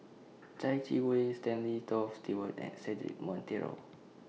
Chai Yee Wei Stanley Toft Stewart and Cedric Monteiro